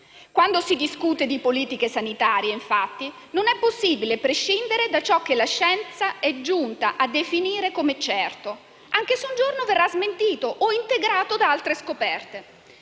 Quando si discute di politiche sanitarie, infatti, non è possibile prescindere da ciò che la scienza è giunta a definire come certo, anche se un giorno verrà smentito o integrato da altre scoperte.